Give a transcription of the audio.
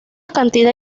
cantidad